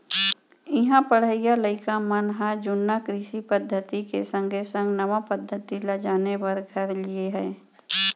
इहां पढ़इया लइका मन ह जुन्ना कृषि पद्धति के संगे संग नवा पद्धति ल जाने बर धर लिये हें